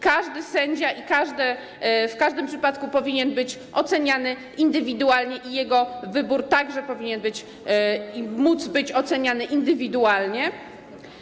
Każdy sędzia w każdym przypadku powinien być oceniany indywidualnie i jego wybór także powinien móc być oceniany indywidualnie.